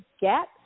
get